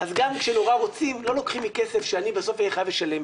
אז גם כשנורא רוצים לא לוקחים לי כסף שאני בסוף יהיה חייב לשלם.